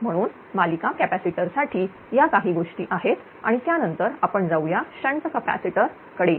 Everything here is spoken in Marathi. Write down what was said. म्हणून मालिका कॅपॅसिटर साठी या काही गोष्टी आहेत आणि त्यानंतर आपण जाऊया शंट कॅपॅसिटर कडे